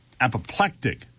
apoplectic